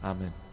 Amen